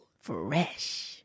fresh